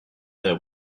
that